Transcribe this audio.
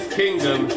kingdom